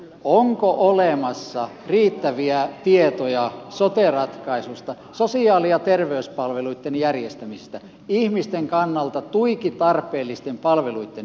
onko olemassa riittäviä tietoja sote ratkaisusta sosiaali ja terveyspalveluitten järjestämisestä ihmisten kannalta tuiki tarpeellisten palveluitten järjestämisestä